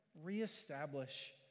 reestablish